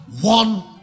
one